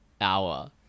hour